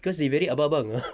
cause they very abang abang